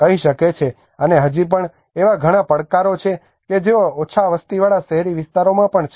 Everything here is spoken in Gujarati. કહી શકે છે અને હજી પણ એવા ઘણા પડકારો છે કે જે ઓછા વસતીવાળા શહેરી વિસ્તારોમાં પણ છે